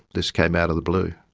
this came out of the blue.